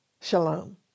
Shalom